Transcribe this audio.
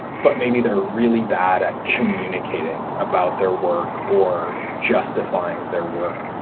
but maybe they're really bad at communicating about their work or jus tifying their work.